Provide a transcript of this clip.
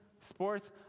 sports